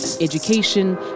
education